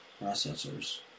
processors